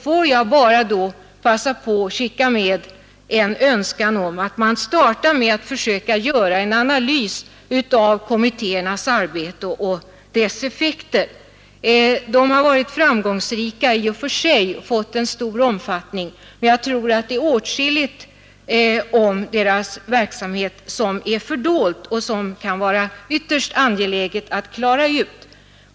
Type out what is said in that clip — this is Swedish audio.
Får jag då bara skicka med önskemålet att man startar med att göra en analys av kommittéernas arbete och dess effekter. De har i och för sig varit framgångsrika, men jag tror att det är åtskilligt angående deras verksamhet som är fördolt och som det kan vara ytterst angeläget att klara ut.